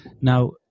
Now